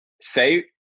say